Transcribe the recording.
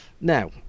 Now